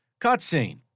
cutscene